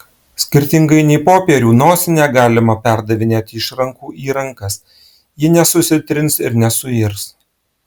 skirtingai nei popierių nosinę galima perdavinėti iš rankų į rankas ji nesusitrins ir nesuirs